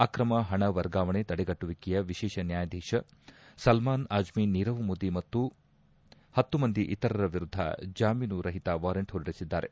ಆಕ್ರಮ ಹಣ ವರ್ಗಾವಣೆ ತಡೆಗಟ್ಟುವಿಕೆಯ ವಿಶೇಷ ನ್ಯಾಯಧೀಶ ಸಲ್ನಾನ್ ಅಜ್ನೀ ನೀರವ್ ಮೋದಿ ಮತ್ತು ಹತ್ತು ಮಂದಿ ಇತರರ ವಿರುದ್ದ ಜಾಮೀನು ರಹಿತ ವಾರೆಂಟ್ ಹೊರಡಿಸಿದ್ದಾರೆ